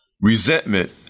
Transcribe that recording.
Resentment